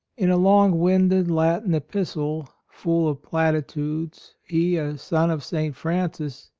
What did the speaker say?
in a long winded latin epistle, full of platitudes, he, a son of st. francis,